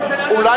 ראש הממשלה,